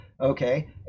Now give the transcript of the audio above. Okay